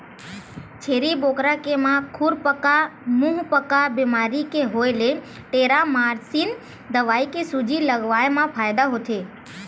छेरी बोकरा के म खुरपका मुंहपका बेमारी के होय ले टेरामारसिन दवई के सूजी लगवाए मा फायदा होथे